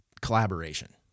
collaboration